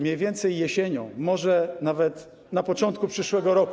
Mniej więcej jesienią, może nawet na początku przyszłego roku.